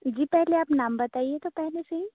जी पहले आप नाम बताइए तो पहले सही